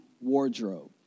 wardrobe